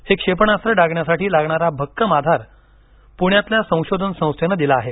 हे क्षेपणास्त्र डागण्यासाठी लागणारा भक्कम आधार पुण्यातल्या संशोधन संस्थेनं दिला आहे